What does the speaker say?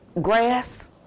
grass